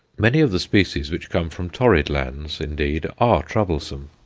many of the species which come from torrid lands, indeed, are troublesome,